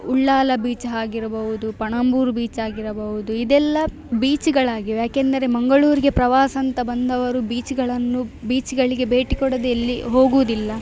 Ullal beach ಆಗಿರಬಹ್ದು ಪಣಂಬೂರು ಬೀಚಾಗಿರಬಹ್ದು ಇದೆಲ್ಲ ಬೀಚುಗಳಾಗಿವೆ ಯಾಕೆಂದರೆ ಮಂಗಳೂರಿಗೆ ಪ್ರವಾಸ ಅಂತ ಬಂದವರು ಬೀಚುಗಳನ್ನು ಬೀಚುಗಳಿಗೆ ಭೇಟಿ ಕೊಡದೆ ಎಲ್ಲಿ ಹೋಗುವುದಿಲ್ಲ